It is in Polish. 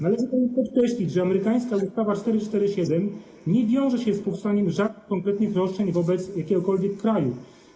Należy podkreślić, że amerykańska ustawa 447 nie wiąże się z powstaniem żadnych konkretnych roszczeń wobec jakiegokolwiek kraju.